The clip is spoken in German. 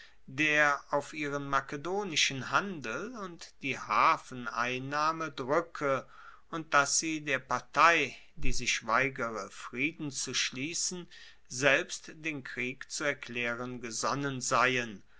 der auf ihren makedonischen handel und auf die hafeneinnahme druecke und dass sie der partei die sich weigere frieden zu schliessen selbst den krieg zu erklaeren gesonnen seien